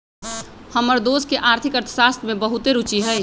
हमर दोस के आर्थिक अर्थशास्त्र में बहुते रूचि हइ